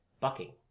bucking